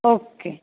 okay